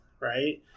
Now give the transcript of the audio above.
right